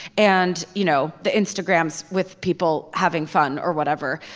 and you know the instagram's with people having fun or whatever.